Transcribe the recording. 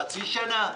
חצי שנה?